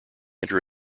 inter